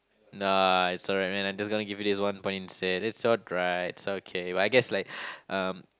nah it's alright man I'm just gonna give you this one point instead it's alright it's okay but I guess like um